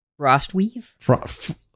Frostweave